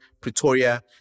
Pretoria